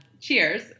cheers